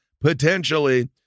potentially